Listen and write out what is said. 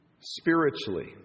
spiritually